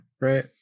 right